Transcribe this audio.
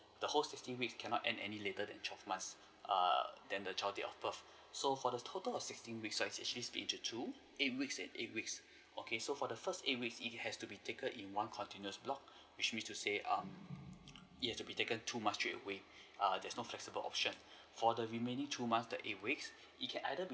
the whole sixteen weeks cannot end any later than twelve months err than the child date of birth so for the total of sixteen weeks are actually separated into two eight weeks and eight weeks okay so for the first eight weeks it will have to be taken in one continuous block which means to say um it has to be taken two months straightaway err there's no flexible options for the remaining two months that eight weeks it can either be